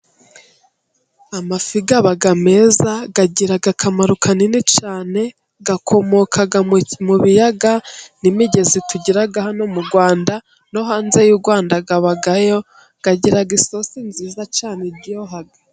Amafi aba meza，agira akamaro kanini cyane， akomoka mu biyaga n'imigezi tugira hano mu Rwanda，no hanze y'u Rwanda abayo， agira isosi nziza cyane iryoha.